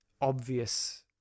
obvious